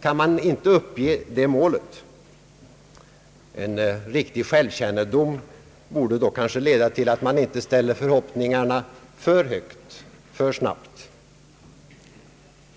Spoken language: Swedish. kan man inte uppge det målet. En riktig självkännedom borde dock leda till att man inte ställer förhoppningarna alltför högt, alltför snabbt.